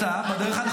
גוטליב, שנייה, שנייה.